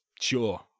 sure